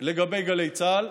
לגבי גלי צה"ל,